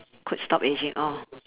could stop aging oh